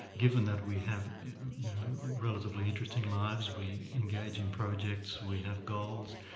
given that we have relatively interesting lives, we engage in projects, we have goals,